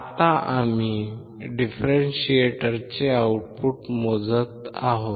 आता आम्ही डिफरेंशिएटरचे आउटपुट मोजत आहोत